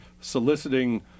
soliciting